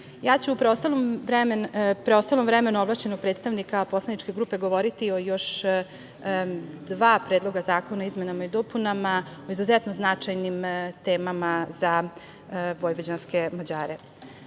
preostalom vremenu ovlašćenog predstavnika poslaničke grupe ja ću govoriti o još dva predloga zakona o izmenama i dopunama, o izuzetno značajnim temama za vojvođanske Mađare. Naime,